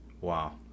Wow